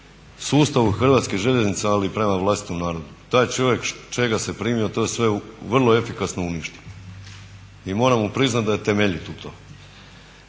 sustavu Hrvatskih željeznica ali i prema vlastitom narodu. Taj čovjek čega se primi to sve vrlo efikasno uništi. I moram mu priznati da je temeljit u